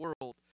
world